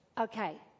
okay